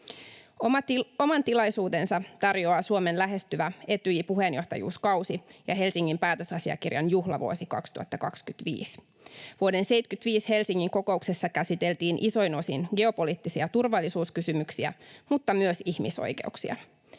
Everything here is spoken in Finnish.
Oman tilaisuutensa tarjoaa Suomen lähestyvä Etyj-puheenjohtajuuskausi ja Helsingin päätösasiakirjan juhlavuosi 2025. Vuoden 1975 Helsingin-kokouksessa käsiteltiin isoin osin geopoliittisia turvallisuuskysymyksiä, mutta myös ihmisoikeuksia.